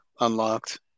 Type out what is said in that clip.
unlocked